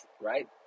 right